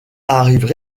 arrivent